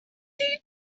dear